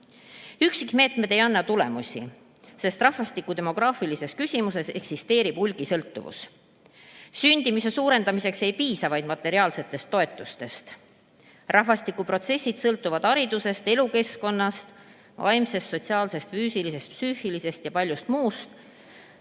Üksikmeetmed ei anna tulemusi, sest rahvastikuküsimuses eksisteerib hulgisõltuvus. Sündimuse suurendamiseks ei piisa vaid materiaalsetest toetustest. Rahvastikuprotsessid sõltuvad haridusest, elukeskkonnast, vaimsest, sotsiaalsest, füüsilisest, psüühilisest ja paljust muust.